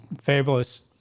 fabulous